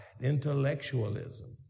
Intellectualism